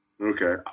Okay